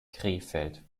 krefeld